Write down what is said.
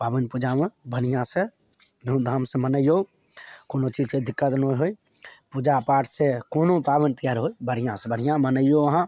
पाबनि पूजामे बढ़िआँसे धूमधामसे मनैऔ कोनो चीजके दिक्कत नहि हइ पूजा पाठसे कोनो पाबनि तेहार होइ बढ़िआँसे बढ़िआँ मनैऔ अहाँ